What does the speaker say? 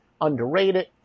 underrated